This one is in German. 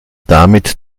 damit